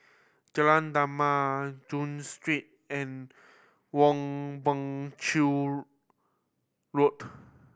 Jalan Damai Street and Woon Chew Road